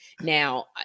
Now